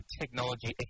technology